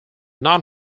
non